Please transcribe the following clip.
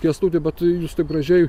kęstuti bet jūs taip gražiai